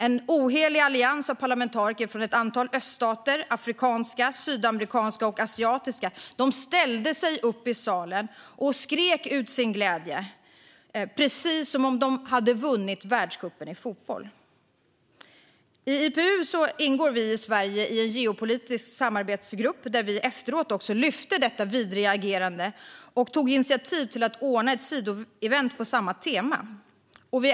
En ohelig allians av parlamentariker från ett antal öststater liksom afrikanska, sydamerikanska och asiatiska länder ställde sig upp i salen och skrek ut sin glädje, precis som om de hade vunnit världsmästerskapet i fotboll. I IPU ingår vi från Sverige i en geopolitisk samarbetsgrupp. I den lyfte vi efteråt upp detta vidriga agerande. Vi tog initiativ till att ordna ett sidoevent på samma tema.